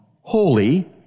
Holy